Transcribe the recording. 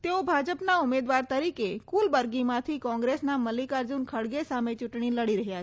તેઓ ભાજપના ઉમેદવાર તરીકે કુલબર્ગીમાંથી કોંગ્રેસના મલ્લિકાર્જુન ખડગે સામે ચૂંટણી લડી રહ્યા છે